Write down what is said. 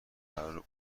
قراره